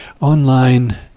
online